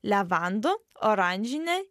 levandų oranžinė